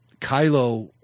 Kylo